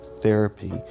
therapy